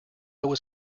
was